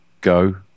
go